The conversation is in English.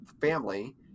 family